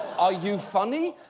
are you funny?